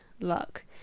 luck